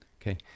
Okay